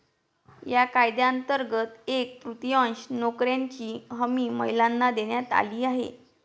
या कायद्यांतर्गत एक तृतीयांश नोकऱ्यांची हमी महिलांना देण्यात आली आहे